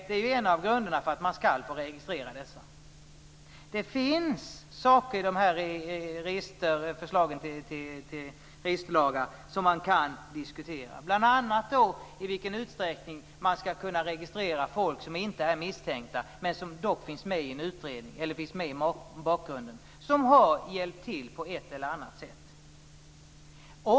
Det är en av grunderna till att man skall få registrera dessa människor. Det finns saker i förslagen till registerlagar som man kan diskutera, bl.a. i vilken utsträckning man skall kunna registrera folk som inte är misstänkta men som finns med i bakgrunden, som har hjälpt till på ett eller annat sätt.